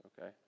okay